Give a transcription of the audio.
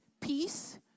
peace